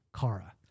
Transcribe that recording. Kara